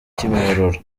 kimihurura